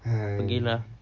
!hais!